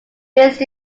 based